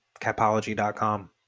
capology.com